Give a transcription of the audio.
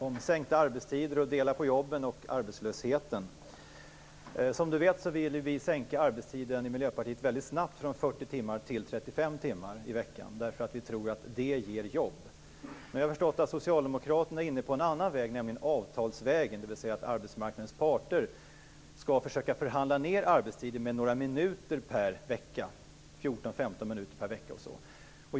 Fru talman! Jag vill ställa en fråga till arbetsmarknadsministern om en förkortning av arbetstider, delning av jobben och arbetslösheten. Som arbetsmarknadsministern vet ville vi i Miljöpartiet förkorta arbetstiden mycket snabbt från 40 timmar till 35 timmar i veckan, därför att vi tror att det ger jobb. Men jag har förstått att Socialdemokraterna är inne på en annan väg, nämligen avtalsvägen, dvs. att arbetsmarknadens parter skall försöka förhandla ned arbetstiden med 14-15 minuter per vecka.